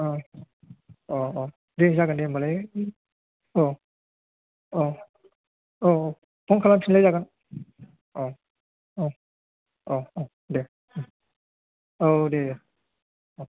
औ दे जागोन दे होनब्लालाय औ औ औ औ औ फन खालामफिनलाय जागोन औ औ औ दे औ दे औ दे